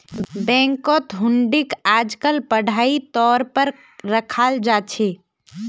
बैंकत हुंडीक आजकल पढ़ाई तौर पर रखाल जा छे